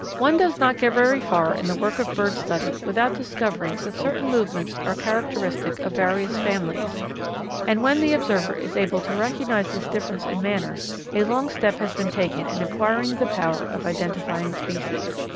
one does not get very far in the work of bird study without discovering that certain movements are characteristic of various families and when the observer is able to recognize this difference in manner a long step has been taken in acquiring the power of identifying species.